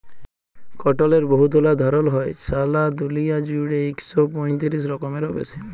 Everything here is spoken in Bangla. কটলের বহুতলা ধরল হ্যয়, ছারা দুলিয়া জুইড়ে ইক শ পঁয়তিরিশ রকমেরও বেশি